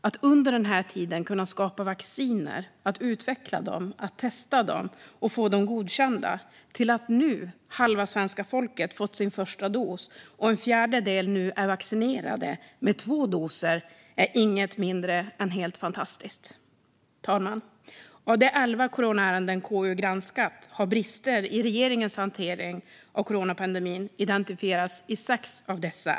Att under den här tiden kunna skapa vacciner, utveckla dem, testa dem och få dem godkända så att halva svenska folket nu har fått sin första dos och en fjärdedel är vaccinerade med två doser - det är inget mindre än helt fantastiskt. Fru talman! Av de elva coronaärenden som KU har granskat har brister i regeringens hantering av coronapandemin identifierats i sex av dessa.